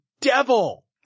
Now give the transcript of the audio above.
devil